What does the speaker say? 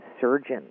surgeon